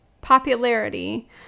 popularity